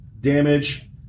damage